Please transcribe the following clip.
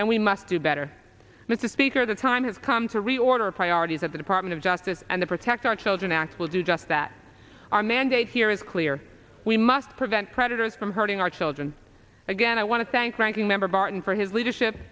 and we must do better mr speaker the time has come to reorder priorities at the department of justice and the protect our children act will do just that our mandate here is clear we must prevent predators from hurting our children again i want to thank ranking member barton for his leadership